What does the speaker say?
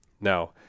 Now